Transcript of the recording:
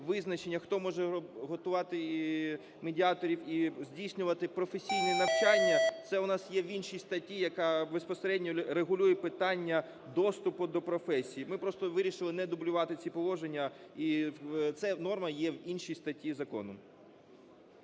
хто може готувати медіаторів і здійснювати професійне навчання, це у нас є в іншій статті, яка безпосередньо регулює питання доступу до професії. Ми просто вирішили не дублювати ці положення. Ця норма є в іншій статті закону.